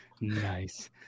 Nice